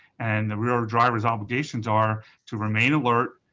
and the rear driver's obligations are to remain alert,